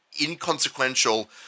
inconsequential